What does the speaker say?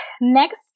next